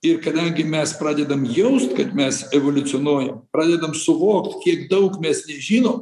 ir kadangi mes pradedam jaust kad mes evoliucionuojam pradedam suvokt kiek daug mes nežinom